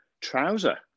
trouser